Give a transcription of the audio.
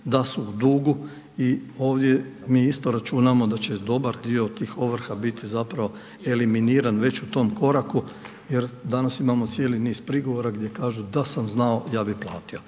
da su u dugu i ovdje mi isto računamo da će dobar dio tih ovrha biti zapravo eliminiran već u tom koraku jer danas imamo cijeli n iz prigovora gdje kažu da sam znao ja bih platio.